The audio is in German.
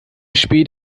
spät